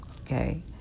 Okay